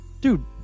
dude